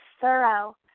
thorough